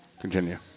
Continue